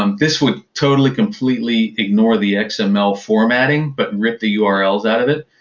um this would totally completely ignore the xml formatting but rip the yeah urls out of it,